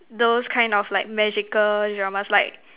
those kind of like magical dramas like